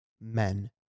men